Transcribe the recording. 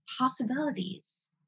possibilities